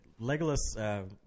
Legolas